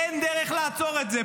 אין דרך לעצור את זה.